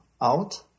out